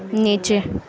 नीचे